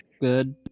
good